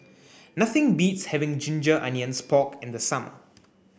nothing beats having ginger onions pork in the summer